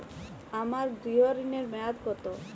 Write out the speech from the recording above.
আমার গৃহ ঋণের মেয়াদ কত?